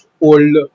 old